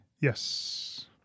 Yes